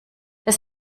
das